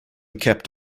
kept